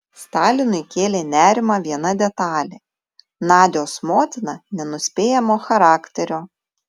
stalinui kėlė nerimą viena detalė nadios motina nenuspėjamo charakterio